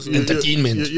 entertainment